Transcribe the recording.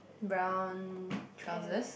brown trousers